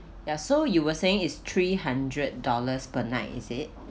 ya so you were saying is three hundred dollars per night is it